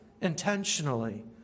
intentionally